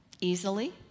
easily